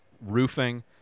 roofing